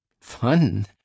fun